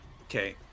Okay